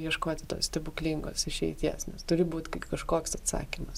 ieškoti tos stebuklingos išeities nes turi būt kažkoks atsakymas